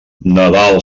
nadal